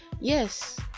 yes